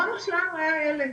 הוא היה מושלם, הוא היה ילד